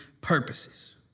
purposes